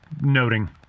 noting